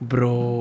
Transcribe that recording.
Bro